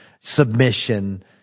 submission